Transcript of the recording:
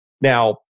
Now